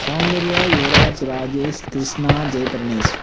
Soundarya Yuvaraj Rajesh Krishna Jayabaranesh